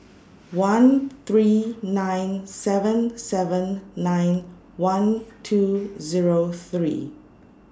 one three nine seven seven nine one two Zero three